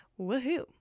woohoo